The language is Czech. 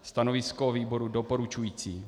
Stanovisko výboru doporučující.